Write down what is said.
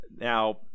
Now